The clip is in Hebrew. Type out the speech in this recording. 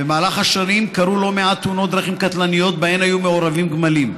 במהלך השנים קרו לא מעט תאונות דרכים קטלניות שבהן היו מעורבים גמלים.